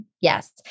yes